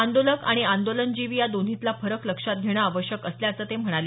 आंदोलक आणि आंदोलनजीवी या दोन्हीतला फरक लक्षात घेणं आवश्यक असल्याचं ते म्हणाले